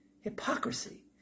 Hypocrisy